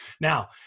Now